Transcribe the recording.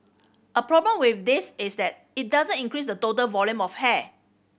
a problem with this is that it doesn't increase the total volume of hair